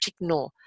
ignore